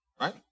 right